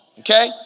Okay